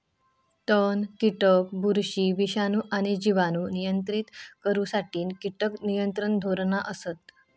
तण, कीटक, बुरशी, विषाणू आणि जिवाणू नियंत्रित करुसाठी कीटक नियंत्रण धोरणा असत